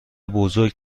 بزرگ